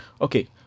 Okay